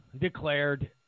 declared